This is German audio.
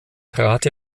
trat